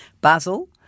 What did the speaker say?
Basil